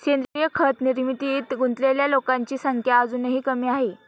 सेंद्रीय खत निर्मितीत गुंतलेल्या लोकांची संख्या अजूनही कमी आहे